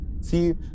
See